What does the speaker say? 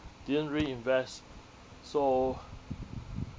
didn't reinvest so